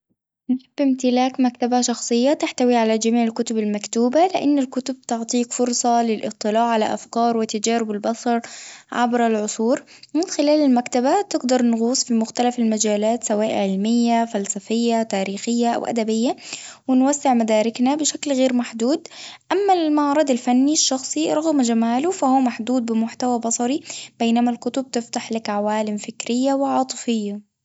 نحب امتلاك مكتبة شخصية تحتوي على جميع الكتب المكتوبة لإن الكتب تعطيك فرصة للإطلاع على أفكار وتجارب البصر عبر العصور من خلال المكتبة تقدر نغوص في مختلف المجالات سواء علمية فلسفية تاريخية أو ادبية ونوسع مداركنا بشكل غير محدود، أما المعرض الفني الشخصي رغم جماله فهو محدود بمحتوى بصري بينما الكتب تفتح لك عوالم فكرية وعاطفية.